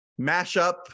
Mashup